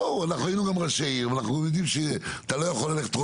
היינו גם ראשי עיר ואנחנו יודעים שאתה לא יכול ללכת עם